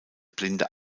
blinde